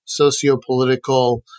sociopolitical